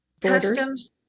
customs